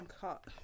cut